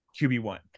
QB1